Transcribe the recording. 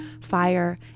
fire